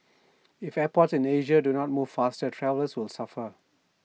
if airports in Asia do not move faster travellers will suffer